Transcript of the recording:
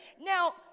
Now